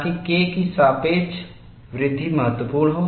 ताकि K की सापेक्ष वृद्धि महत्वपूर्ण हो